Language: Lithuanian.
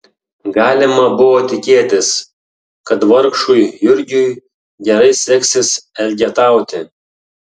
galima buvo tikėtis kad vargšui jurgiui gerai seksis elgetauti